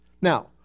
Now